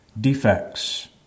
defects